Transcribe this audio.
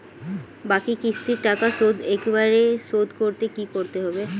বাকি কিস্তির টাকা শোধ একবারে শোধ করতে কি করতে হবে?